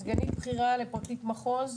סגנית בכירה לפרקליט מחוז.